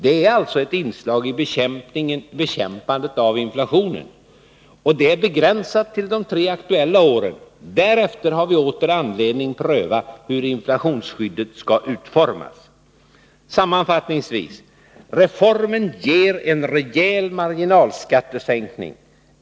Det är alltså ett inslag i bekämpandet av inflationen, och det är begränsat till de tre aktuella åren. Därefter har vi åter anledning att pröva hur inflationsskyddet skall utformas. Sammanfattningsvis: Reformen ger en rejäl marginalskattesänkning.